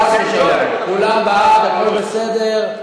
כולם בעד, הכול בסדר.